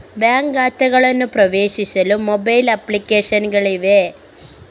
bank ಖಾತೆಗಳನ್ನು ಪ್ರವೇಶಿಸಲು mobile application ಗಳಿವೆ